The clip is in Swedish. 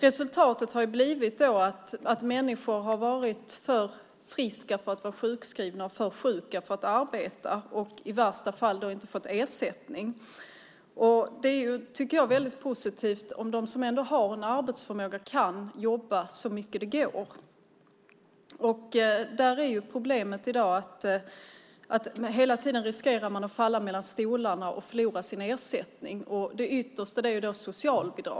Resultatet har blivit att människor har varit för friska för att vara sjukskrivna och för sjuka för att arbeta och i värsta fall då inte har fått ersättning. Det är positivt om de som ändå har en arbetsförmåga kan jobba så mycket det går. Där är problemet i dag att man hela tiden riskerar att falla mellan stolarna och förlora sin ersättning. Den yttersta möjligheten är då socialbidrag.